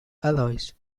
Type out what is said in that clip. alloys